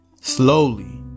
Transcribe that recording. slowly